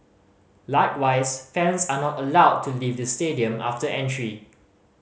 likewise fans are not allowed to leave the stadium after entry